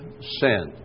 sin